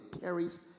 carries